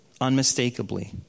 unmistakably